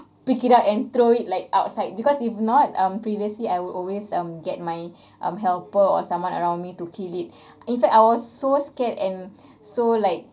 pick it up and throw it like outside because if not um previously I would always um get my helper or someone around me to kill it in fact I was so scared and so like